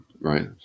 right